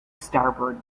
starboard